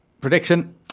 Prediction